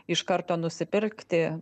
iš karto nusipirkti